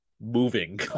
moving